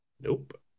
Nope